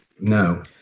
No